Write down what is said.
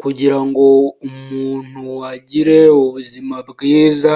Kugira ngo umuntu agire ubuzima bwiza